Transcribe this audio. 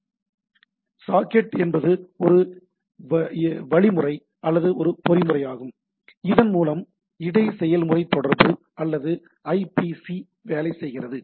எனவே சாக்கெட் என்பது ஒரு இது ஒரு வழிமுறை அல்லது ஒரு பொறிமுறையாகும் இதன் மூலம் இடை செயல்முறை தொடர்பு அல்லது ஐபிசி வேலை செய்கிறது